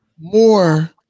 more